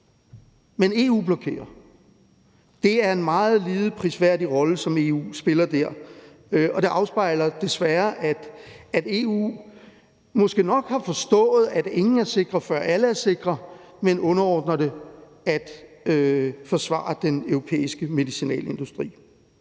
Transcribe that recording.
Men EU blokerer. Det er en meget lidet prisværdig rolle, som EU spiller der, og det afspejler desværre, at EU måske nok har forstået, at ingen er sikre, før alle er sikre, men underordner det at forsvare den europæiske medicinalindustri.